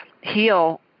heal